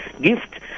gift